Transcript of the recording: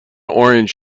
orange